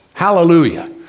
Hallelujah